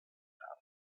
about